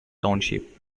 township